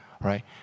Right